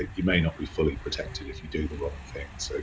you may not be fully protected if you do the wrong thing. so